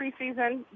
preseason